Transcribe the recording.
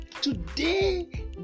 Today